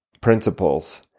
principles